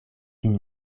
sin